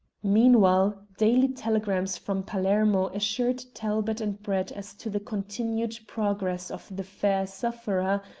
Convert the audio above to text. meanwhile daily telegrams from palermo assured talbot and brett as to the continued progress of the fair sufferer,